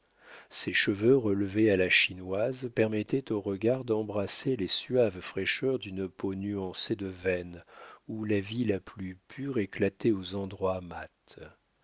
ses cheveux relevés à la chinoise permettaient au regard d'embrasser les suaves fraîcheurs d'une peau nuancée de veines où la vie la plus pure éclatait aux endroits mats